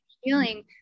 healing